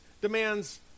demands